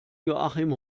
joachim